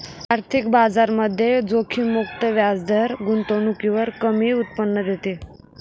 आर्थिक बाजारामध्ये जोखीम मुक्त व्याजदर गुंतवणुकीवर कमी उत्पन्न देते